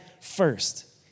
first